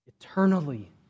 Eternally